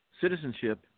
citizenship